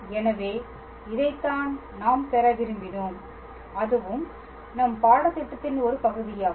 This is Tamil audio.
எனவே இதைத்தான் நாம் பெற விரும்பினோம் அதுவும் நம் பாடத்திட்டத்தின் ஒரு பகுதியாகும்